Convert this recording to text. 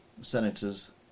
senators